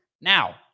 Now